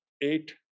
eight